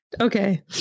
okay